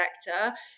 sector